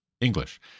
English